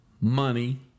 money